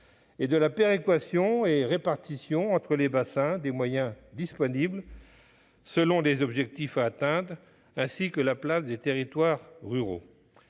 ; de la péréquation et de la répartition entre les bassins des moyens disponibles, en fonction des objectifs à atteindre et de la place des territoires ruraux.